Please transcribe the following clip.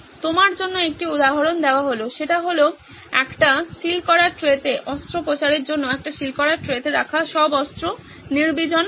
আপনার জন্য একটি উদাহরণ দেওয়া হল সেটা হলো একটি সিল করা ট্রেতে অস্ত্রোপচারের জন্য একটা সিল করা ট্রেতে রাখা সব অস্ত্র নির্বীজন করা